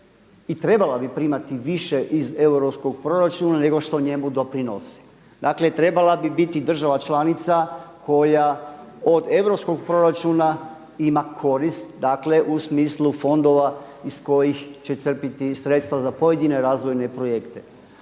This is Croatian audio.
trebala bi primati više iz europskog proračuna nego što njemu doprinosi. Dakle, trebala bi biti država članica koja od europskog proračuna ima korist, dakle u smislu fondova iz kojih će crpiti sredstva za pojedine razvojne projekte.